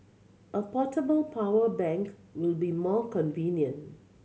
a portable power bank will be more convenient